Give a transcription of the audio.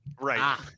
Right